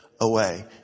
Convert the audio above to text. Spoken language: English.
away